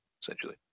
essentially